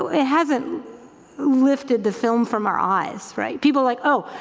it hasn't lifted the film from our eyes. people, like, oh,